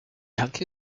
anche